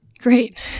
Great